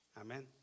Amen